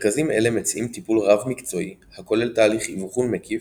מרכזים אלה מציעים טיפול רב מקצועי הכולל תהליך אבחון מקיף,